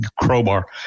crowbar